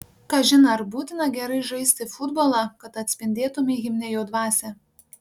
kažin ar būtina gerai žaisti futbolą kad atspindėtumei himne jo dvasią